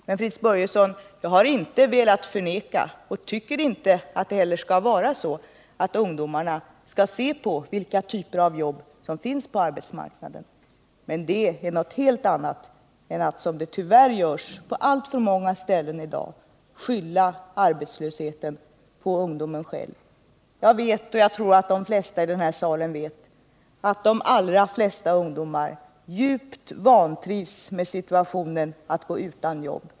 Men, Fritz Börjesson, jag har inte velat förneka att ungdomarna skall se på vilka olika typer av jobb som finns på arbetsmarknaden. Det är emellertid något helt annat än vad som tyvärr förekommer på alltför många håll i dag, nämligen att skylla arbetslösheten på ungdomen själv. Jag vet — och jag tror också nästan alla kammarledamöter inser det — att de allra flesta ungdomar djupt vantrivs med den situation som man befinner sig i när man går utan jobb.